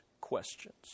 questions